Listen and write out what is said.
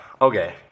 okay